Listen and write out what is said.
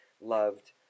loved